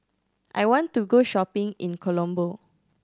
I want to go shopping in Colombo